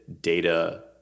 data